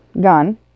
gun